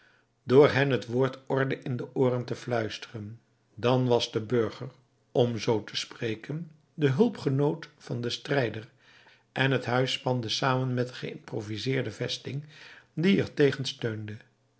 door hen het woord orde in de ooren te fluisteren dan was de burger om zoo te spreken de hulpgenoot van den strijder en het huis spande samen met de geïmproviseerde vesting die er tegen steunde